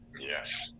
Yes